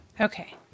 Okay